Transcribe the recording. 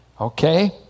Okay